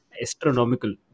astronomical